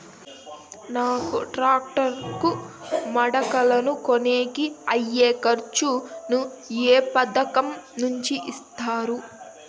నాకు టాక్టర్ కు మడకలను కొనేకి అయ్యే ఖర్చు ను ఏ పథకం నుండి ఇస్తారు?